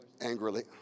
angrily